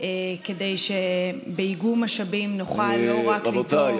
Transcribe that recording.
כדי שבאיגום משאבים נוכל לא רק לדאוג,